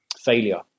failure